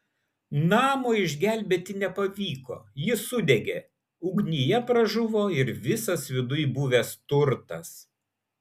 namo išgelbėti nepavyko jis sudegė ugnyje pražuvo ir visas viduj buvęs turtas